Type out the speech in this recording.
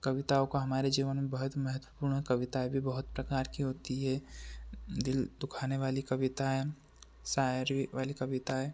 कविताओं का हमारे जीवन में बहुत महत्वपूर्ण है कविताएं भी बहुत प्रकार की होती है दिल दुखाने वाली कविताएँ शायरी वाली कविताएं